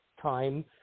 time